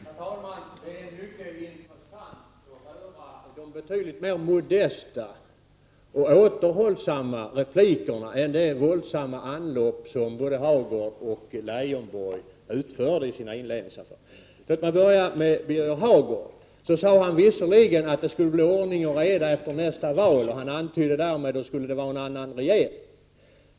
Herr talman! Det är mycket intressant att höra de betydligt mera modesta och återhållsamma replikerna än de våldsamma anlopp som både Hagård och Leijonborg utförde i sina inledningsanföranden. Birger Hagård sade visserligen att det skulle bli ordning och reda efter nästa val. Han antydde därmed att det då skulle vara en annan regering.